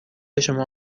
شما